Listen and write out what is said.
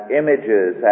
images